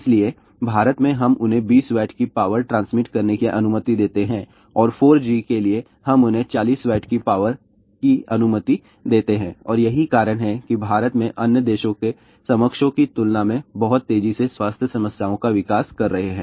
इसलिए भारत में हम उन्हें 20 W की पावर ट्रांसमिट करने की अनुमति देते हैं और 4G के लिए हम उन्हें 40 W की पावर की अनुमति देते हैं और यही कारण है कि भारत में लोग अन्य देशों के समकक्षों की तुलना में बहुत तेजी से स्वास्थ्य समस्याओं का विकास कर रहे हैं